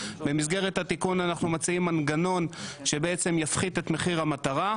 אנחנו מציעים מנגנון שיפחית את מחיר המטרה.